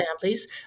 families